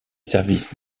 services